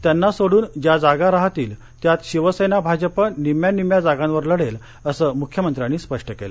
त्यांना सोडून ज्या जागा राहतील त्यात शिवसेना भाजप निम्म्या निम्म्या जागांवर लढेल असं मुख्यमंत्र्यांनी स्पष्ट केले